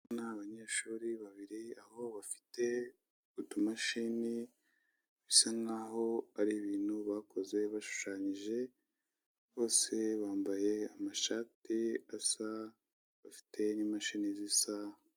Ni abanyeshuri babiri aho bafite utumashini, bisa nkaho ari ibintu bakoze bashushanyije, bose bambaye amashati asa bafite n'imashini zisa.